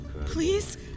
Please